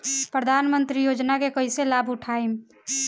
प्रधानमंत्री योजना के कईसे लाभ उठाईम?